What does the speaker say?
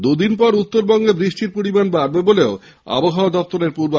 দুদিন পর উত্তরবঙ্গে বৃষ্টির পরিমাণ বাড়বে বলেও আবহাওয়া দপ্তর জানিয়েছে